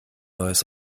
neues